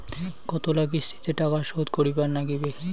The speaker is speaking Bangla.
কতোলা কিস্তিতে টাকা শোধ করিবার নাগীবে?